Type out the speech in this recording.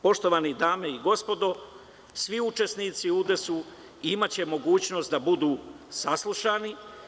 Poštovane dame i gospodo, svi učesnici u udesu imaće mogućnost da budu saslušani.